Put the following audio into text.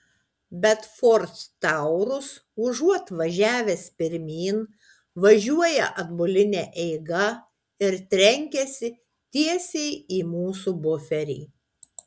bet ford taurus užuot važiavęs pirmyn važiuoja atbuline eiga ir trenkiasi tiesiai į mūsų buferį